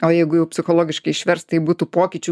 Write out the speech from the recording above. o jeigu jau psichologiškai išverst tai būtų pokyčių